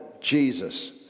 Jesus